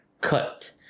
cut